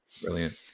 Brilliant